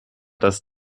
das